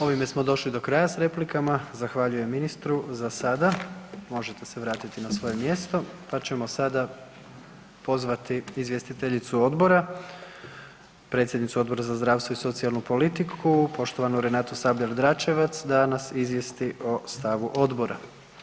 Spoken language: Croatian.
Ovime smo došli do kraja s replikama, zahvaljujem ministru za sada, možete se vratiti na svoje mjesto, pa ćemo sada pozvati izvjestiteljicu odbora, predsjednicu Odbora za zdravstvo i socijalnu politiku poštovanu Renatu Sabljak Dračevac da nas izvijesti o stavu odbora.